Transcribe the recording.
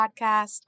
Podcast